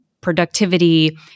productivity